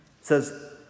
says